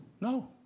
No